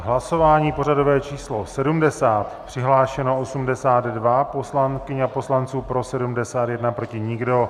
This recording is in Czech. Hlasování pořadové číslo 70, přihlášeno 82 poslankyň a poslanců, pro 71, proti nikdo.